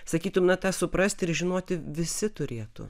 sakytum na tą suprasti ir žinoti visi turėtų